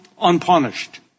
unpunished